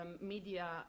media